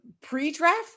pre-draft